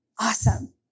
Awesome